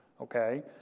okay